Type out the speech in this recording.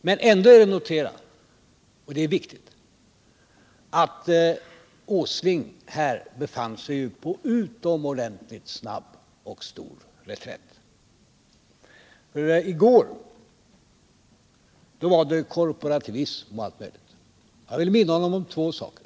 Men ändå är det att notera — och det är viktigt — att herr Åsling här befann sig på utomordenligt snabb och stor reträtt, för i går var det tal om korporativism och allt möjligt. Jag vill i det sammanhanget påminna herr Åsling om två saker.